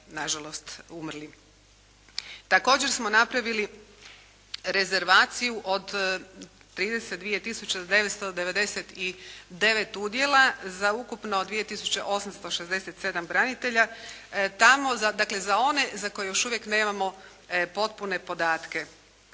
na žalost umrli. Također smo napravili rezervaciju od 32 tisuće 999 udjela za ukupno 2 tisuće 867 branitelja. Tamo, dakle za one za koje još uvijek nemamo potpune podatke.